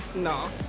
no.